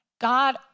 God